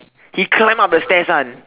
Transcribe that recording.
he climbed up the stairs [one]